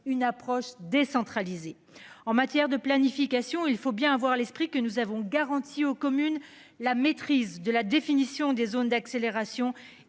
une approche décentralisée en matière de planification, il faut bien avoir à l'esprit que nous avons garanti aux communes la maîtrise de la définition des zones d'accélération